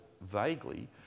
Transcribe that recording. vaguely